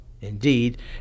Indeed